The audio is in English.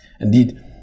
Indeed